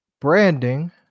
branding